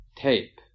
tape